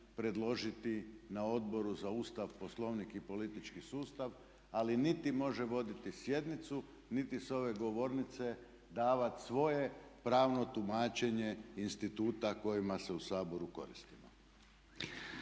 predložiti na Odboru za Ustav, Poslovnik i politički sustav, ali niti može voditi sjednicu niti s ove govornice davat svoje pravno tumačenje instituta kojima se u Saboru koristimo.